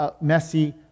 messy